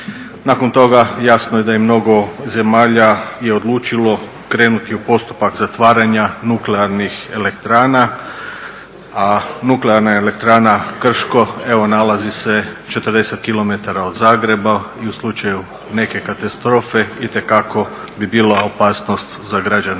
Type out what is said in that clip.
Nakon toga jasno je da mnogo zemalja je odlučilo krenuti u postupak zatvaranja nuklearnih elektrana, a nuklearna elektrana Krško, evo nalazi se 40 kilometara od Zagreba i u slučaju neke katastrofe itekako bi bila opasnost za građane